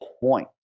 point